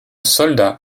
soldat